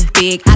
big